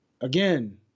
Again